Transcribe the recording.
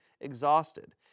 exhausted